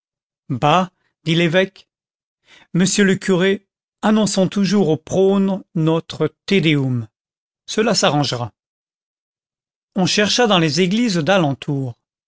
dit l'évêque monsieur le curé annonçons toujours au prône notre te deum cela s'arrangera on chercha dans les églises d'alentour